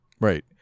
Right